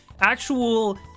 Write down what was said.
actual